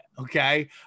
Okay